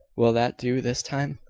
will that do this time?